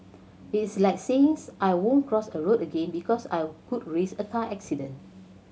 it is like saying I won't cross a road again because I could risk a car accident